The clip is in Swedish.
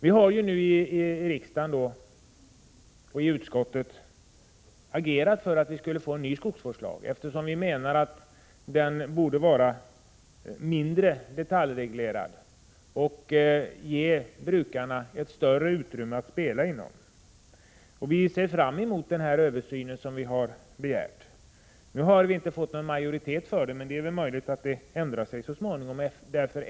Vi har ju nu i riksdagen — och i utskottet — agerat för en ny skogsvårdslag, eftersom vi menar att lagen borde vara mindre detaljreglerad och ge brukarna större utrymme att spela inom. Vi ser fram mot den översyn som vi har begärt. Nu har vi inte fått någon majoritet för den, men det är ju möjligt att detta ändras så småningom.